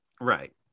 Right